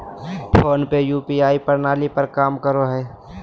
phone पे UPI प्रणाली पर काम करो हय